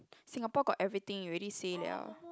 Singapore got everything already say [liao]